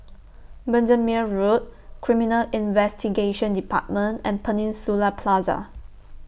Bendemeer Road Criminal Investigation department and Peninsula Plaza